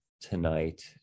tonight